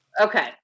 Okay